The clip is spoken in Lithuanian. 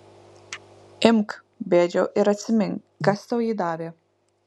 imk bėdžiau ir atsimink kas tau jį davė